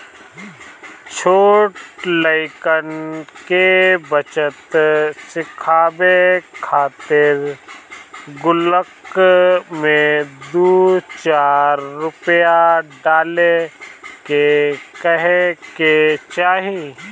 छोट लइकन के बचत सिखावे खातिर गुल्लक में दू चार रूपया डाले के कहे के चाही